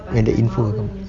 when the info will come